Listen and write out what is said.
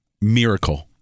Miracle